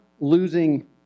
losing